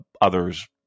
others